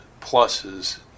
pluses